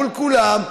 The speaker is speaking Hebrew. מול כולם,